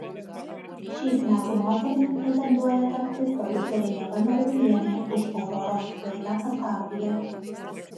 šiais metų moterimi pretenduoja tapti prodiuserė ieva norvilienė už auroros sklaidą pasaulyje